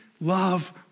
Love